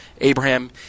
Abraham